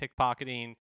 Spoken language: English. pickpocketing